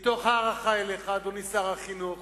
מתוך הערכה אליך, אדוני שר החינוך,